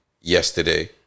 yesterday